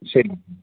சரிங்க சார்